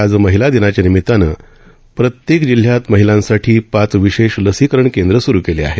आज महिला दिनाच्या निमितानं प्रत्येक जिल्ह्यात महिलांसाठी पाच विशेष लसीकरण केंद्र सुरू केली आहेत